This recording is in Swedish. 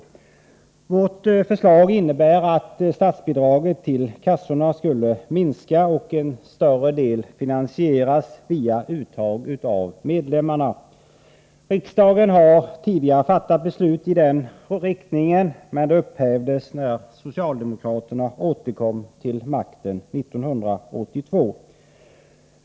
Vårt förslag innebär att statsbidraget till kassorna skulle minska och en större del finansieras via uttag av medlemmarna. Riksdagen har tidigare fattat beslut i den riktningen, men det upphävdes när socialdemokraterna återkom till makten 1982.